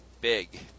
big